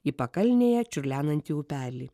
į pakalnėje čiurlenantį upelį